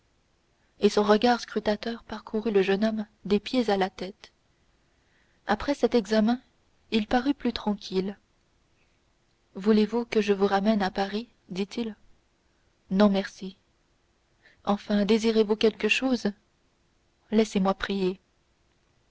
et son regard scrutateur parcourut le jeune homme des pieds à la tête après cet examen il parut plus tranquille voulez-vous que je vous ramène à paris dit-il non merci enfin désirez-vous quelque chose laissez-moi prier